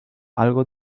algo